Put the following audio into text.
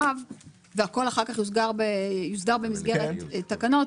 רחב והכול אחר כך יוסדר במסגרת תקנות,